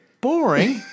Boring